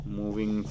moving